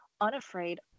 unafraid